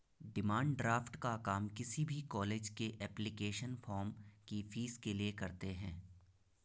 demand draft का काम किसी भी कॉलेज के एप्लीकेशन फॉर्म की फीस के लिए करते है